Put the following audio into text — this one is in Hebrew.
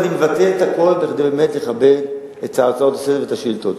ואני מבטל את הכול כדי באמת לכבד את ההצעות לסדר-היום ואת השאילתות.